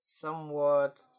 somewhat